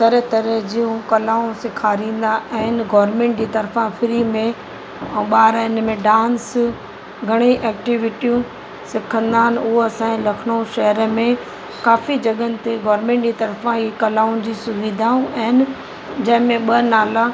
तरह तरह जूं कलाऊं सेखारींदा आहिनि गोर्मेंट जी तरफ़ां फ़्री में ऐं ॿार इन में डांस घणे एक्तटिविटयूं सिखंदा आहिनि उहो असांजे लखनऊ शहेर में काफ़ी जॻहियुन ते गोर्मेंट जे तरफ़ां ई कलाऊंनि जी सुविधाऊं आहिनि जंहिंमें ॿ नाला